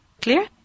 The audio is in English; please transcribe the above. Clear